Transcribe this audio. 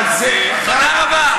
תודה רבה.